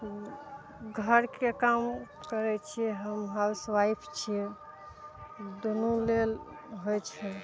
घरके काम करय छियै हम हाउस वाइफ छियै दुनू लेल होइ छै